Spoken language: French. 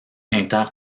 inter